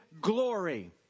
glory